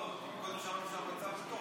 קודם שמענו שהמצב הוא טוב,